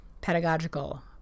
pedagogical